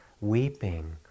weeping